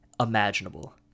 imaginable